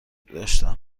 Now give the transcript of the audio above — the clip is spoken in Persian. داشتم